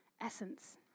essence